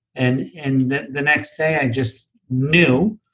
and and the next day i just knew,